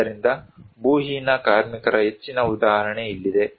ಆದ್ದರಿಂದ ಭೂಹೀನ ಕಾರ್ಮಿಕರ ಹೆಚ್ಚಿನ ಉದಾಹರಣೆ ಇಲ್ಲಿದೆ